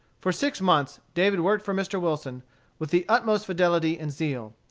for six months, david worked for mr. wilson with the utmost fidelity and zeal.